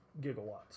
gigawatts